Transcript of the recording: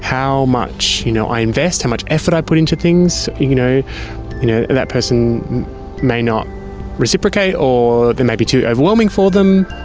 how much you know i invest, how much effort i put into things, you know you know that person may not reciprocate or it may be too overwhelming for them.